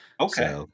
Okay